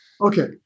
Okay